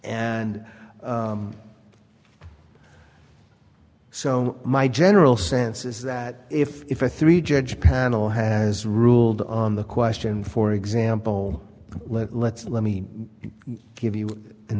and so my general sense is that if if a three judge panel has ruled on the question for example let let's let me give you an